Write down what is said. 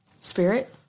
Spirit